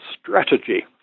strategy